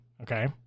Okay